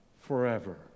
forever